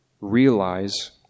realize